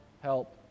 Help